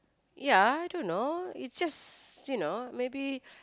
ya I don't know it just you know maybe